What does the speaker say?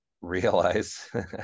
realize